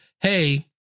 hey